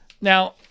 Now